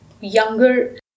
younger